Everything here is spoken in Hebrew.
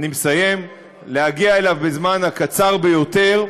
אני מסיים, להגיע אליו בזמן הקצר ביותר,